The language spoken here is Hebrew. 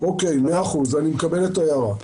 מאה אחוז, אני מקבל את ההערה.